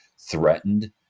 threatened